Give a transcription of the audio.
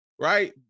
right